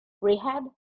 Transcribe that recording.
rehab